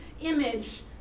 image